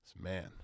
Man